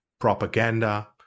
propaganda